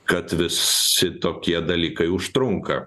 kad visi tokie dalykai užtrunka